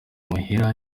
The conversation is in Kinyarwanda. amahera